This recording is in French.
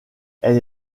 elle